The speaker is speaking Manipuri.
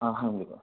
ꯑꯥ ꯍꯪꯕꯤꯔꯛꯑꯣ